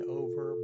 over